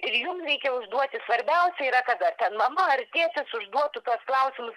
ir jum reikia užduoti svarbiausia yra kada kad mama ar tėtis užduotų tuos klausimus